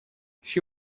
she